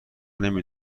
نمی